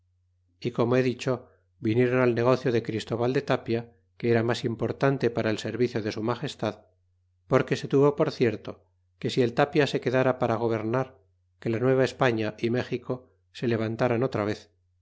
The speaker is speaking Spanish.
é como he dicho vinieron al negocio de christóbal de tapia que era mas importante para el servicio de su magestad porque se tuvo por cierto que si el tapia se quedara para gobernar que la nueva españa y méxico se levantaran otra vez